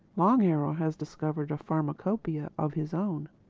long arrow has discovered a pharmacopaeia of his own.